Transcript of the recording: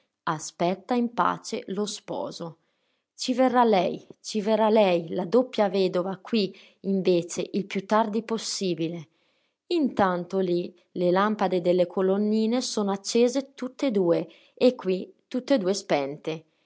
la moglie esemplare ci verrà lei ci verrà lei la doppia vedova qui invece il più tardi possibile intanto lì le lampade delle colonnine sono accese tutt'e due e qui tutt'e due spente